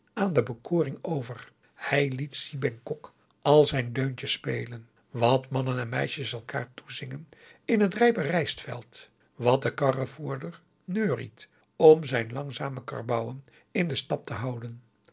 aan de bekoring over hij liet si bangkok al zijn deuntjes spelen wat mannen en meisjes elkaar toezingen in het rijpe rijstveld wat de karrevoerder neuriet om zijn langzame karbouwen in den stap te houden